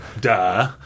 Duh